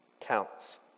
counts